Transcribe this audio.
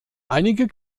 einige